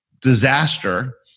disaster